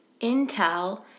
Intel